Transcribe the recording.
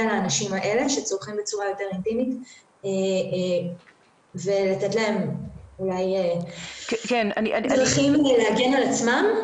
לאנשים האלה שצורכים בצורה יותר אינטימית ולתת להם דרכים להגן על עצמם.